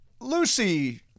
Lucy